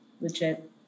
legit